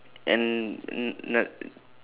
and